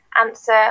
answer